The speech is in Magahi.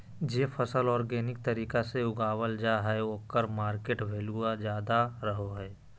जे फसल ऑर्गेनिक तरीका से उगावल जा हइ ओकर मार्केट वैल्यूआ ज्यादा रहो हइ